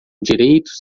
direitos